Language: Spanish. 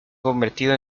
convertido